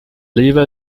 river